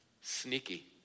sneaky